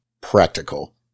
practical